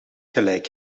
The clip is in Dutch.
gelijk